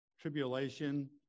tribulation